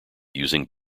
using